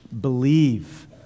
believe